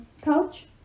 couch